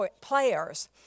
players